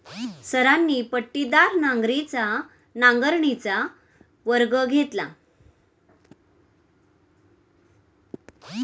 सरांनी पट्टीदार नांगरणीचा वर्ग घेतला